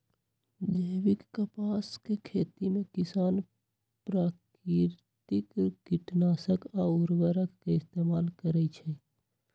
जैविक कपास के खेती में किसान प्राकिरतिक किटनाशक आ उरवरक के इस्तेमाल करई छई